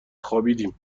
خوابیدیم